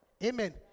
Amen